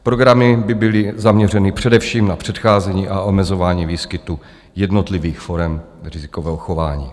Programy by byly zaměřeny především na předcházení a omezování výskytu jednotlivých forem rizikového chování.